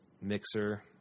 mixer